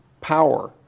power